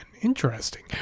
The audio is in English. Interesting